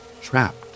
trapped